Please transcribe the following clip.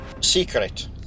Secret